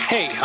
Hey